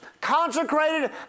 consecrated